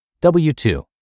W-2